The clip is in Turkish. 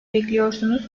bekliyorsunuz